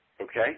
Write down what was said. Okay